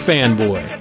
Fanboy